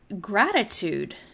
gratitude